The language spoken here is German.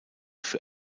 für